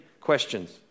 questions